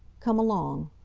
come along.